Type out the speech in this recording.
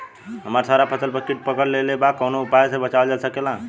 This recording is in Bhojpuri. हमर सारा फसल पर कीट पकड़ लेले बा कवनो उपाय से बचावल जा सकेला?